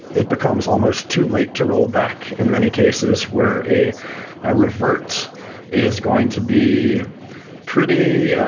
it becomes almost too late to rollback in many cases, where a ah revert is going to be pretty